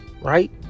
Right